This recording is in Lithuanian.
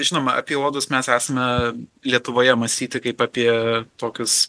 žinoma apie uodus mes esame lietuvoje mąsyti kaip apie tokius